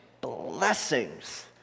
blessings